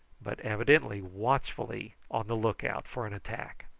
but evidently watchfully on the look-out for an attack.